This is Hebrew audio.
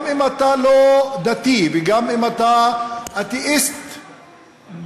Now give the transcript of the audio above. גם אם אתה לא דתי וגם אם אתה אתאיסט גמור,